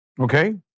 okay